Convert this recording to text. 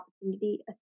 opportunity